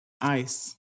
ice